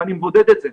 ואני מודד את זה.